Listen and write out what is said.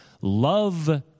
love